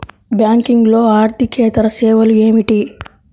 బ్యాంకింగ్లో అర్దికేతర సేవలు ఏమిటీ?